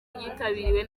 ryitabiriwe